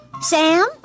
Sam